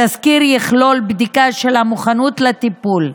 התסקיר יכלול בדיקה של המוכנות לטיפול.